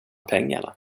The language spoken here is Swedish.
pengarna